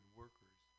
workers